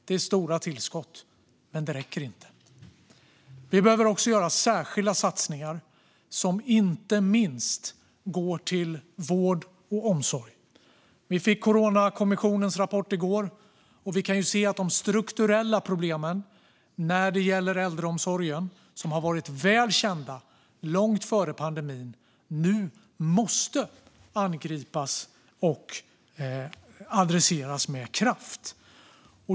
Det är stora tillskott, men det räcker inte. Vi behöver också göra särskilda satsningar som inte minst går till vård och omsorg. Vi fick Coronakommissionens rapport i går, och vi kan se att de strukturella problemen när det gäller äldreomsorgen, som har varit väl kända långt före pandemin, nu måste angripas och adresseras med kraft.